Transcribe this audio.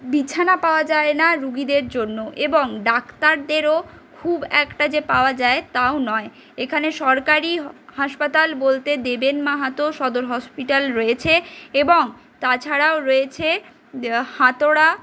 বিছানা পাওয়া যায় না রুগীদের জন্য এবং ডাক্তারদেরও খুব একটা যে পাওয়া যায় তাও নয় এখানে সরকারি হাসপাতাল বলতে দেবেন মাহাতো সদর হসপিটাল রয়েছে এবং তাছাড়াও রয়েছে হাতুয়ারা